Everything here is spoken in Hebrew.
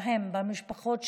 ובמשפחות שלהם,